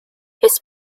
his